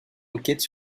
enquête